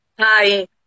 Hi